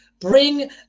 bring